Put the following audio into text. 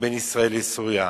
בין ישראל לסוריה.